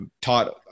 taught